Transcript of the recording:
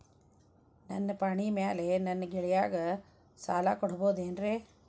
ನನ್ನ ಪಾಣಿಮ್ಯಾಲೆ ನನ್ನ ಗೆಳೆಯಗ ಸಾಲ ಕೊಡಬಹುದೇನ್ರೇ?